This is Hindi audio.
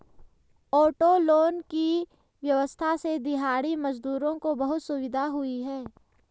ऑटो लोन की व्यवस्था से दिहाड़ी मजदूरों को बहुत सुविधा हुई है